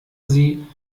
sie